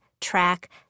track